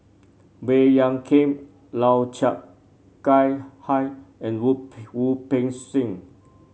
Baey Yam Keng Lau Chiap Khai High and Wu Wu Peng Seng